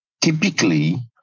typically